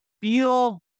feel